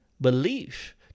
belief